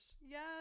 yes